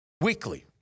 weekly